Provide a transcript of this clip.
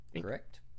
Correct